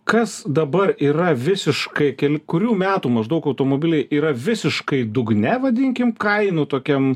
kas dabar yra visiškai keli kurių metų maždaug automobiliai yra visiškai dugne vadinkim kainų tokiam